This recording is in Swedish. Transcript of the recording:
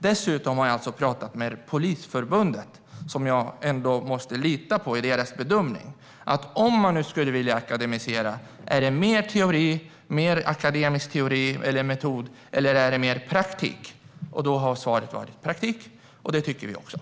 Dessutom har jag alltså pratat med Polisförbundet, och jag måste lita på deras bedömning. Om man nu skulle vilja akademisera, är det mer teori och akademisk metod som behövs, eller är det mer praktik? Då har svaret varit praktik, och vi instämmer.